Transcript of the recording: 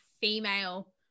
female